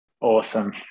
Awesome